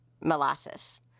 molasses